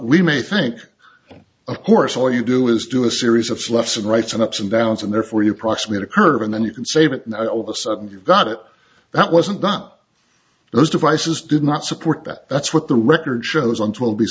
we may think of course all you do is do a series of left and right and ups and downs and therefore you price made a curve and then you can save it and all of a sudden you've got it that wasn't done those devices did not support that that's what the record shows on t